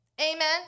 Amen